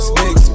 mix